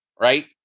right